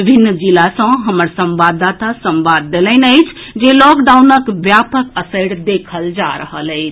विभिन्न जिला सँ हमर संवाददाता संवाद देलनि अछि जे लॉकडाउनक व्यापक असरि देखल जा रहल अछि